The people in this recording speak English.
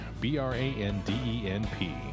B-R-A-N-D-E-N-P